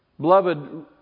Beloved